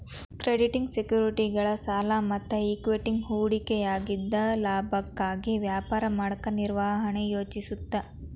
trading ಸೆಕ್ಯುರಿಟಿಗಳ ಸಾಲ ಮತ್ತ ಇಕ್ವಿಟಿ ಹೂಡಿಕೆಯಾಗಿದ್ದ ಲಾಭಕ್ಕಾಗಿ ವ್ಯಾಪಾರ ಮಾಡಕ ನಿರ್ವಹಣೆ ಯೋಜಿಸುತ್ತ